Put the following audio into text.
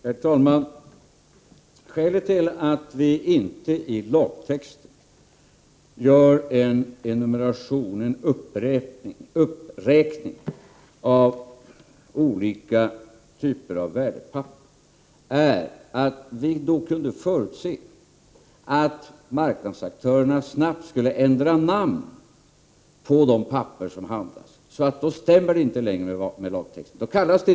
Herr talman! Skälet till att vi inte i lagtext gjort en uppräkning av olika typer av värdepapper är att vi kunde förutse att marknadsaktörerna snabbt skulle ändra namn på de papper som handlas så att lagen inte längre skulle gälla dem.